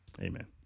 Amen